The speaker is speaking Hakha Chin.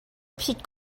phit